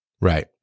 Right